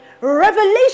revelation